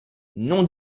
nom